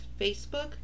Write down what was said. Facebook